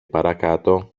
παρακάτω